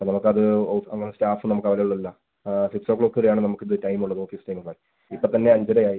അപ്പം നമുക്ക് അത് ഓ അങ്ങനെ സ്റ്റാഫും നമുക്ക് അവർ അല്ലല്ലോ ആ സിക്സോ ക്ലോക്ക് വരെയാണ് നമുക്ക് ഇത് ടൈം ഉള്ളത് ഓഫീസ് ടൈമുള്ളത് ഇപ്പം തന്നെ അഞ്ചരയായി